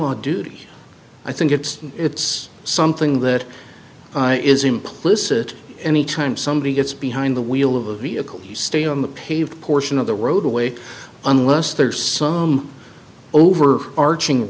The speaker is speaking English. law duty i think it's it's something that is implicit any time somebody gets behind the wheel of a vehicle stay on the paved portion of the roadway unless there's some over arching